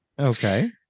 Okay